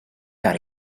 par